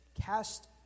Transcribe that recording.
cast